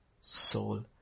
soul